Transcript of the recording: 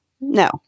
No